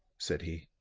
said he.